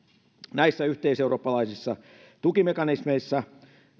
näissä yhteiseurooppalaisissa tukimekanismeissa